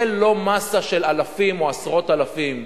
זה לא מאסה של אלפים או עשרות אלפים.